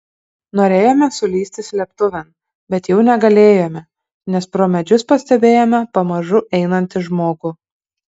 norėjome sulįsti slėptuvėn bet jau negalėjome nes pro medžius pastebėjome pamažu einantį žmogų